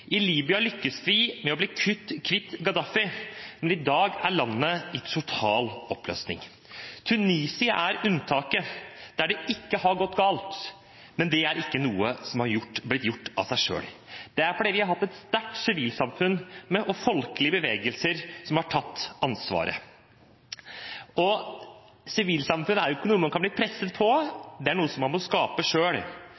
I Libya lyktes de med å bli kvitt Gaddafi, men i dag er landet i total oppløsning. Tunisia er unntaket der det ikke har gått galt, men det er ikke noe som har skjedd av seg selv. Det er fordi de har hatt et sterkt sivilsamfunn og folkelige bevegelser som har tatt ansvaret. Sivilsamfunn er ikke noe man kan bli pådyttet, det er noe man må skape